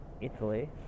Italy